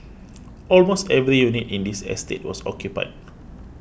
almost every unit in this estate was occupied